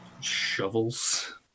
shovels